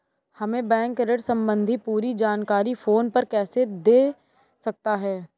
हमें बैंक ऋण संबंधी पूरी जानकारी फोन पर कैसे दे सकता है?